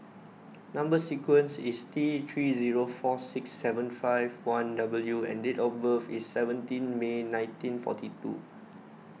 Number Sequence is T three zero four six seven five one W and date of birth is seventeen May nineteen forty two